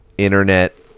internet